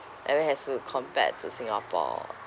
I mean as to compared to singapore